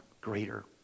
Greater